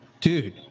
dude